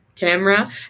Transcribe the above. Camera